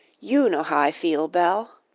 you know how i feel, belle.